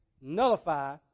nullify